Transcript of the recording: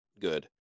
good